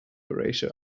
horatio